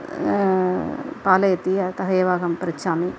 पालयति अतः एव अहं पृच्छामि